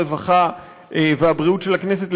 הרווחה והבריאות של הכנסת,